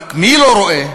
רק מי לא רואה?